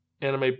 Anime